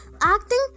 Acting